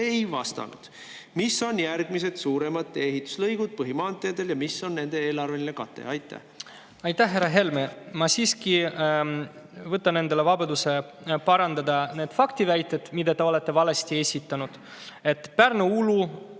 ei vastanud. Mis on järgmised suuremad ehituslõigud põhimaanteedel ja mis on nende eelarveline kate? Aitäh, härra Helme! Ma siiski võtan endale vabaduse parandada neid faktiväiteid, mida te olete valesti esitanud. Pärnu-Uulu